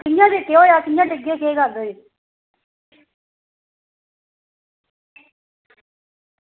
कि'यां डिग्गे कियां डिग्गे केह् गल्ल होई